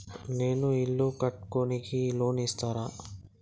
నేను ఇల్లు కట్టుకోనికి లోన్ ఇస్తరా?